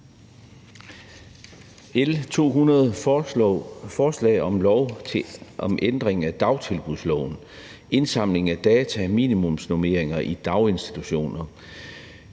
om lov om ændring af dagtilbudsloven, indsamling af data, minimumsnormeringer i daginstitutioner.